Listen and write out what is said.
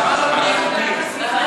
ביקורת המדינה?